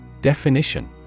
Definition